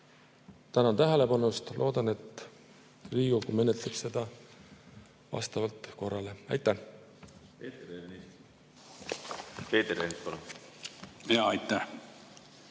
Tänan tähelepanu eest! Loodan, et Riigikogu menetleb seda vastavalt korrale. Aitäh!